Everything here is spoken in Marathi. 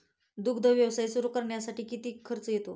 दुग्ध व्यवसाय सुरू करण्यासाठी किती खर्च येतो?